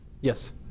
Yes